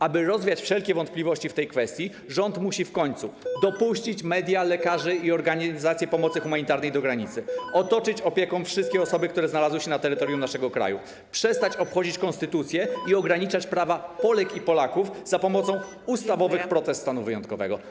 Aby rozwiać wszelkie wątpliwości w tej kwestii, rząd musi w końcu dopuścić media, lekarzy i organizacje pomocy humanitarnej do granicy, otoczyć opieką wszystkie osoby, które znalazły się na terytorium naszego kraju, przestać obchodzić konstytucję i ograniczać prawa Polek i Polaków za pomocą ustawowych protez stanu wyjątkowego.